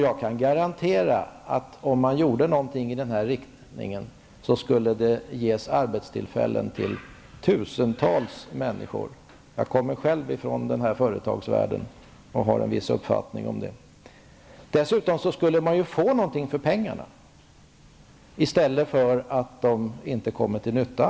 Jag kan garantera att om man vidtog åtgärder i den här riktningen skulle man skapa arbetstillfällen för tusentals människor. Jag kommer själv ifrån företagsvärlden och har en viss uppfattning om den. Dessutom skulle man få något för pengarna, i stället för att de inte alls kommer till nytta.